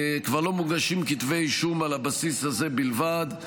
כבר לא מוגשים כתבי אישום על הבסיס הזה בלבד,